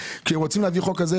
כשרוצים להביא חוק כזה,